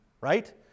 right